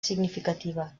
significativa